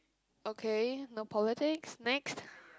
okay no politics next